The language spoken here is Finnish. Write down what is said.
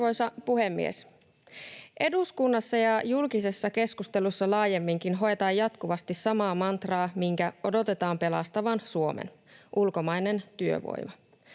Arvoisa puhemies! Eduskunnassa ja julkisessa keskustelussa laajemminkin hoetaan jatkuvasti samaa mantraa, minkä odotetaan pelastavan Suomen: ulkomainen työvoima.